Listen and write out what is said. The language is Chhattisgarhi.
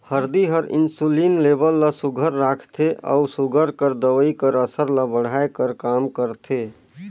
हरदी हर इंसुलिन लेबल ल सुग्घर राखथे अउ सूगर कर दवई कर असर ल बढ़ाए कर काम करथे